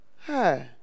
Hey